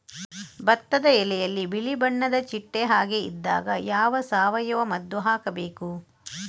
ಭತ್ತದ ಎಲೆಯಲ್ಲಿ ಬಿಳಿ ಬಣ್ಣದ ಚಿಟ್ಟೆ ಹಾಗೆ ಇದ್ದಾಗ ಯಾವ ಸಾವಯವ ಮದ್ದು ಹಾಕಬೇಕು?